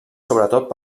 sobretot